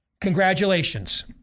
Congratulations